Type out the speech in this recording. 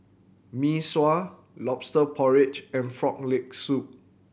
Mee Sua Lobster Porridge and Frog Leg Soup